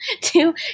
two